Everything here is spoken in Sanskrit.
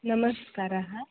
नमस्कारः